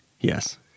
Yes